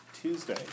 Tuesday